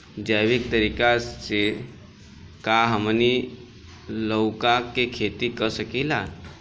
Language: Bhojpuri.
जैविक तरीका से का हमनी लउका के खेती कर सकीला?